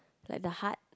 like the heart